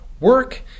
work